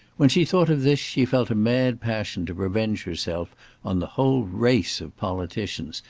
when she thought of this, she felt a mad passion to revenge herself on the whole race of politicians,